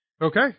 Okay